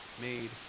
made